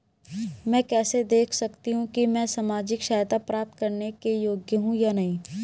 मैं कैसे देख सकती हूँ कि मैं सामाजिक सहायता प्राप्त करने के योग्य हूँ या नहीं?